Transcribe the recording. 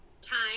time